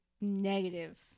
negative